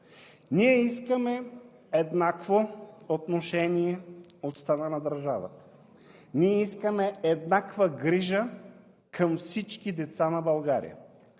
Ние искаме еднакво отношение от страна на държавата. Ние искаме еднаква грижа към всички деца на България.